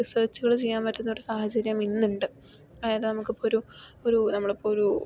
റിസേർച്ചുകള് ചെയ്യാൻ പറ്റുന്ന ഒരു സാഹചര്യം ഇന്നുണ്ട് അതായത് നമുക്കിപ്പൊരു ഒരു നമ്മളിപ്പൊരു